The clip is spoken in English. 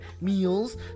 meals